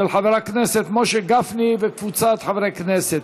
של חבר הכנסת משה גפני וקבוצת חברי הכנסת.